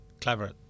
clever